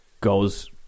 goes